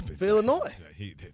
Illinois